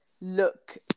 look